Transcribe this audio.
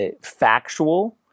factual